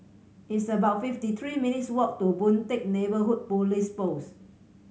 it's about fifty three minutes' walk to Boon Teck Neighbourhood Police Post